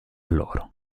loro